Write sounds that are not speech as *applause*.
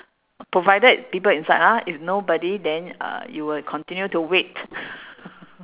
provided people inside lah if nobody then uh you will continue to wait *laughs*